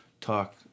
talk